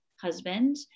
husband